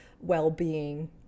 well-being